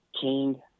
King